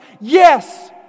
yes